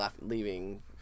leaving